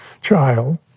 child